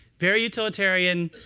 very utilitarian,